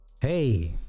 hey